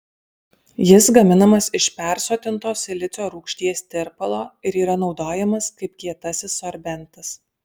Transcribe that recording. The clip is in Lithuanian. jis gaminamas iš persotinto silicio rūgšties tirpalo ir yra naudojamas kaip kietasis sorbentas